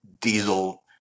diesel